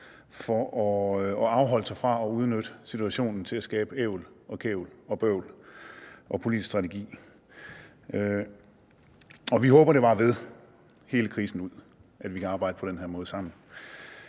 for at afholde sig fra at udnytte situationen til at skabe ævl og kævl og bøvl og politisk strategi. Og vi håber, det varer ved hele krisen ud, at vi kan arbejde på den her måde sammen.